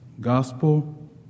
Gospel